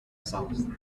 south